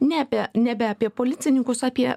ne apie nebe apie policininkus apie